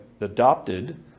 adopted